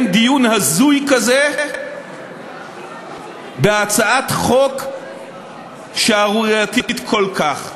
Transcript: דיון הזוי כזה בהצעת חוק שערורייתית כל כך.